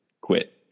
Quit